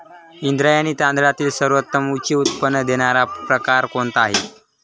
इंद्रायणी तांदळातील सर्वोत्तम उच्च उत्पन्न देणारा प्रकार कोणता आहे?